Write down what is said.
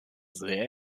sehr